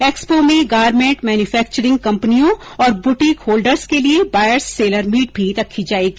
expo में garment manufacturing कंपनियों और बुटीक होल्डर्स के लिए बॉयर्स सेलर मीट भी रखी जाएगी